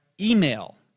email